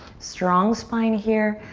strong spine here.